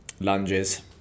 lunges